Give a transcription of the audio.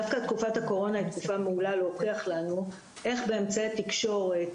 דווקא תקופת הקורונה היא תקופה מעולה להוכיח לנו איך באמצעי התקשורת,